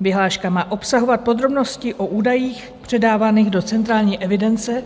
Vyhláška má obsahovat podrobnosti o údajích předávaných do centrální evidence